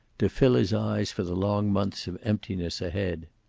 to fill his eyes for the long months of emptiness ahead.